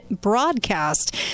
broadcast